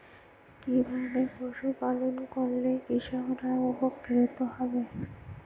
কিভাবে পশু পালন করলেই কৃষকরা উপকৃত হবে?